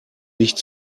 nicht